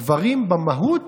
הדברים במהות